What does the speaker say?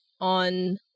on